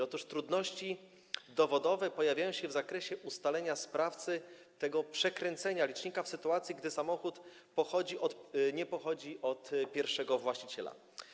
Otóż trudności dowodowe pojawiają się w zakresie ustalenia sprawcy tego przekręcenia licznika w sytuacji, gdy samochód nie pochodzi od pierwszego właściciela.